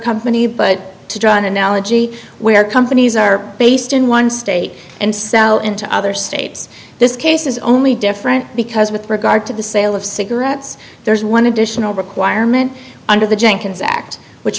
company but to draw an analogy where companies are based in one state and sell in to other states this case is only different because with regard to the sale of cigarettes there's one additional requirement under the jenkins act which